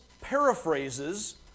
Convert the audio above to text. paraphrases